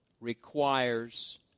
requires